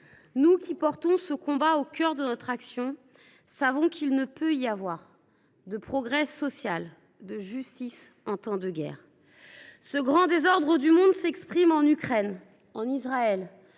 Nous qui portons ce combat au cœur de notre action savons qu’il ne peut y avoir de progrès social ni de justice en temps de guerre. Ce grand désordre du monde s’exprime en Ukraine, en Israël,